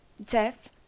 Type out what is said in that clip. Jeff